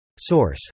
Source